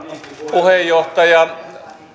puheenjohtaja